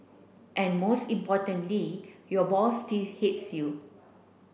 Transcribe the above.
and most importantly your boss still hates you